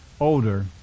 older